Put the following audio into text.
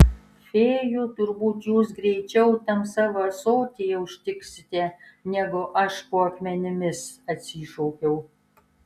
fėjų turbūt jūs greičiau tam savo ąsotyje užtiksite negu aš po akmenimis atsišaukiau